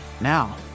Now